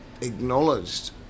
acknowledged